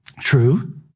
True